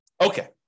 Okay